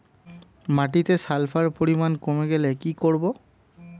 মাটিতে সালফার পরিমাণ কমে গেলে কি করব?